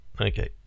Okay